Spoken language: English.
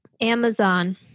Amazon